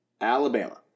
Alabama